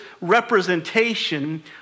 representation